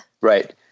Right